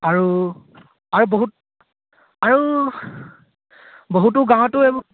আৰু আৰু বহুত আৰু বহুতো গাঁৱতো